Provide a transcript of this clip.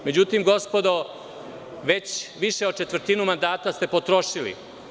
Međutim, gospodo već više od četvrtinu mandata ste potrošili.